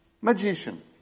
Magician